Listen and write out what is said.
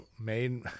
made